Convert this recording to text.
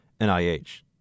NIH